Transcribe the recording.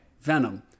venom